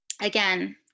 again